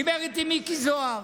דיבר איתי מיקי זוהר,